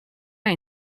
jag